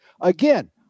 Again